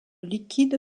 liquide